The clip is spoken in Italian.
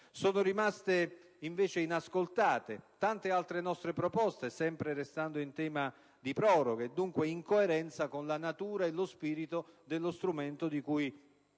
Sono rimaste invece inascoltate tante altre nostre proposte, sempre restando in tema di proroghe e dunque in coerenza con la natura e lo spirito dello strumento di cui oggi